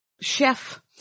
chef